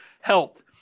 Health